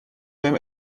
بهم